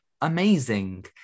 amazing